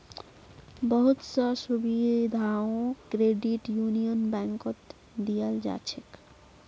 बहुत स सुविधाओ क्रेडिट यूनियन बैंकत दीयाल जा छेक